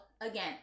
again